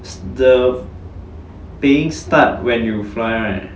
it's the paying start when you fly right